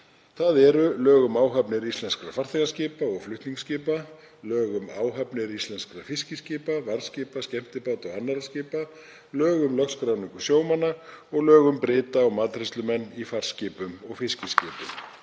Það eru lög um áhafnir íslenskra farþegaskipa og flutningaskipa, lög um áhafnir íslenskra fiskiskipa, varðskipa, skemmtibáta og annarra skipa, lög um lögskráningu sjómanna og lög um bryta og matreiðslumenn í farskipum og fiskiskipum.